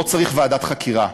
לא צריך ועדת חקירה.